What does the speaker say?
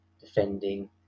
defending